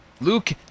Luke